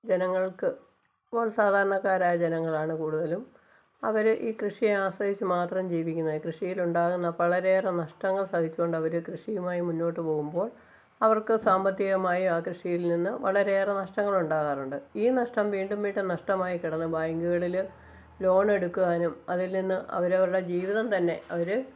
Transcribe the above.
ജനങ്ങള്ക്ക് ഇപ്പോള് സാധാരണക്കാരായ ജനങ്ങളാണ് കൂടുതലും അവര് ഈ കൃഷി ആശ്രയിച്ച് മാത്രം ജീവിക്കുന്ന കൃഷിയില് ഉണ്ടാകുന്ന വളരെയേറെ നഷ്ടങ്ങള് സഹിച്ചു കൊണ്ട് അവര് കൃഷിയുമായി മുന്നോട്ട് പോകുമ്പോള് അവര്ക്ക് സാമ്പത്തികമായി ആ കൃഷിയില് നിന്ന് വളരെയേറെ നഷ്ടങ്ങള് ഉണ്ടാകാറുണ്ട് ഈ നഷ്ടം വീണ്ടും വീണ്ടും നഷ്ടമായി കിടന്ന് ബാങ്കുകളില് ലോണ് എടുക്കുവാനും അതില്നിന്നു അവരവരുടെ ജീവിതം തന്നെ അവര്